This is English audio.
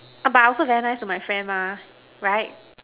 but I also very nice to my friend lah right